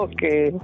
Okay